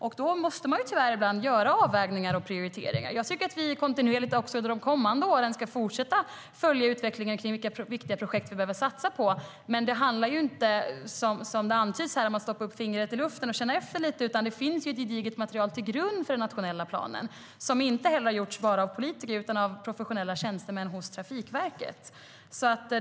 Då måste man tyvärr göra avvägningar och prioriteringar ibland. Jag tycker att vi under de kommande åren kontinuerligt ska följa utvecklingen kring vilka viktiga projekt vi behöver satsa på. Det handlar dock inte om att stoppa upp fingret i luften och känna efter, som antyds här, utan det finns ett gediget material till grund för den nationella planen. Det har inte heller gjorts bara av politiker utan av professionella tjänstemän hos Trafikverket.